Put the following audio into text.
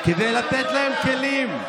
כדי לתת להם כלים,